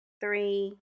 three